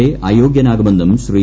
A അയോഗ്യനാകുമെന്നും ശ്രീ